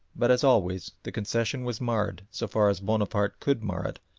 but, as always, the concession was marred, so far as bonaparte could mar it,